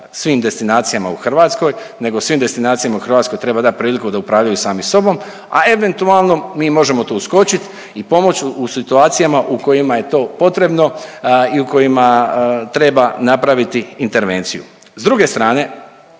svim destinacijama u Hrvatskoj, nego svim destinacijama u Hrvatskoj treba dat priliku da upravljaju sami sobom, a eventualno mi možemo tu uskočit i pomoć u situacijama u kojima je to potrebno i u kojima treba napraviti intervenciju. S druge strane